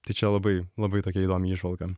tai čia labai labai tokia įdomi įžvalga